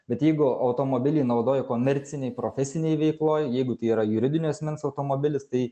bet jeigu automobilį naudoji komercinėj profesinėj veikloj jeigu tai yra juridinio asmens automobilis tai